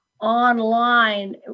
online